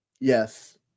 Yes